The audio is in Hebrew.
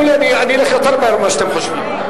אלך יותר מהר ממה שאתם חושבים.